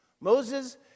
Moses